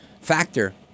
factor